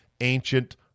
ancient